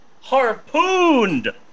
Harpooned